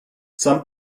some